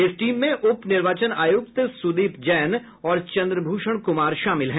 इस टीम में उप निर्वाचन आयुक्त सुदीप जैन और चंद्रभूषण कुमार शामिल है